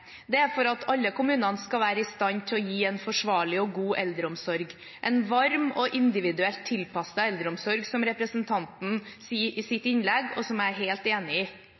Det er for at alle kommunene skal være i stand til å gi en forsvarlig og god eldreomsorg, en varm og individuelt tilpasset eldreomsorg, som representanten sier i sitt innlegg, og som jeg er helt enig i.